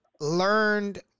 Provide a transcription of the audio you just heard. learned